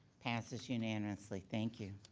passes unanimously, thank you.